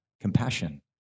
compassion